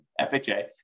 FHA